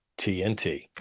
TNT